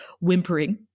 whimpering